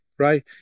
Right